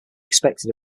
expected